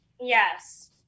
Yes